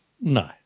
No